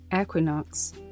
equinox